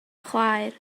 chwaer